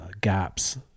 gaps